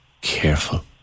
careful